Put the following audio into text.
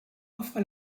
offre